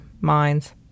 minds